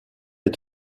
est